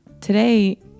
Today